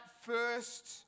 first